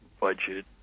budget